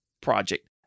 project